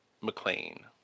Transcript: McLean